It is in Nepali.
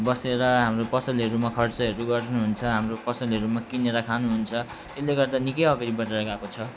बसेर हाम्रो पसलहरूमा खर्चहरू गर्नुहुन्छ हाम्रो पसलहरूमा किनेर खानुहुन्छ त्यसले गर्दा निकै अगाडि बढेर गएको छ